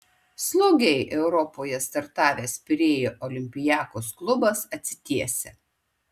slogiai eurolygoje startavęs pirėjo olympiakos klubas atsitiesia